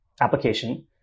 application